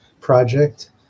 project